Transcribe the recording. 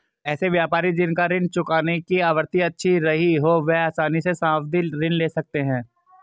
ऐसे व्यापारी जिन का ऋण चुकाने की आवृत्ति अच्छी रही हो वह आसानी से सावधि ऋण ले सकते हैं